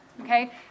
okay